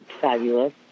Fabulous